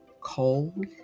cold